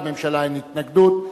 לממשלה אין התנגדות.